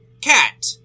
cat